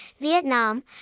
Vietnam